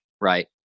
Right